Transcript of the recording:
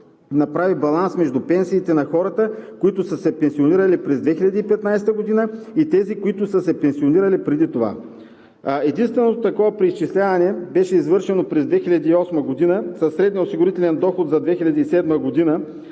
направи баланс между пенсиите на хората, които са се пенсионирали през 2015 г., и тези, които са се пенсионирали преди това. Единственото такова преизчисляване беше извършено през 2008 г. със средния осигурителен доход за 2007 г.,